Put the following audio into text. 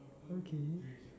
okay